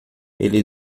ele